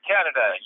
Canada